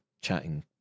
chatting